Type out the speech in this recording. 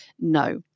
No